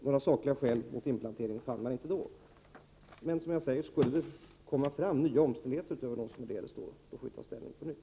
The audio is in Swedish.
Några sakliga skäl mot en inplantering fann man som sagt inte den gången, men skulle det komma fram nya omständigheter får vi ta ställning på nytt.